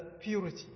purity